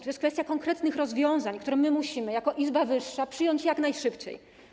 To jest kwestia konkretnych rozwiązań, które musimy jako Izba przyjąć jak najszybciej.